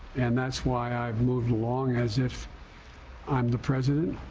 and that's why i've moved along as if i'm the president.